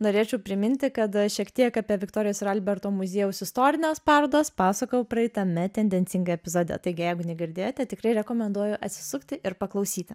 norėčiau priminti kad šiek tiek apie viktorijos ir alberto muziejaus istorines parodas pasakojau praeitame tendencingai epizode taigi jeigu negirdėjote tikrai rekomenduoju atsisukti ir paklausyti